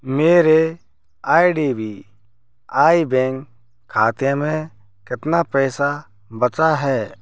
मेरे IDBI bank खाते में कितना पैसा बचा है